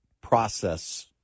process